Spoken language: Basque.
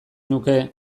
nuke